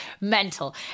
Mental